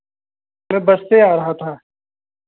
मैं बस से आ रहा था